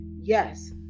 Yes